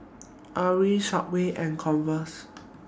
Arai Subway and Converse